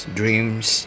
dreams